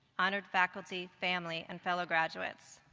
honored faculty, family, and fellow graduates.